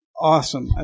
Awesome